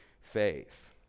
faith